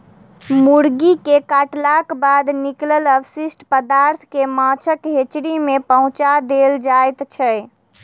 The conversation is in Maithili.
मुर्गी के काटलाक बाद निकलल अवशिष्ट पदार्थ के माछक हेचरी मे पहुँचा देल जाइत छै